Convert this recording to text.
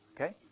okay